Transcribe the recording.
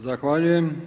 Zahvaljujem.